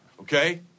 Okay